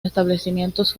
establecimientos